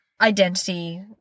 identity